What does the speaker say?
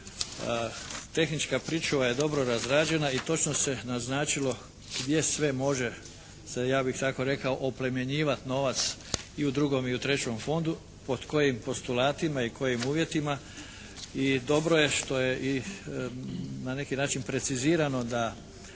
Tehnička pričuva je dobro razrađena i točno se naznačilo gdje sve može ja bih tako rekao oplemenjivati novac i u drugom i u trećem fondu, pod kojim postulatima i kojim uvjetima i dobro je što je i na neki način precizirano da